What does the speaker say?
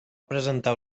presentar